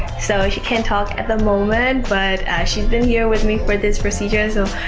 so, she can't talk at the moment but she's been here with me for this procedure so.